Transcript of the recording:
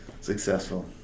successful